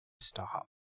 stop